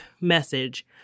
message